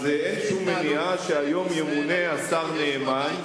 כך אין שום מניעה שהיום ימונה השר נאמן,